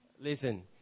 Listen